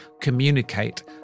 communicate